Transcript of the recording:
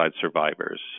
survivors